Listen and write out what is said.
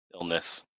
illness